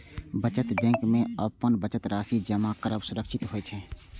बचत बैंक मे अपन बचत राशि जमा करब सुरक्षित होइ छै